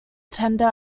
tender